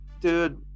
dude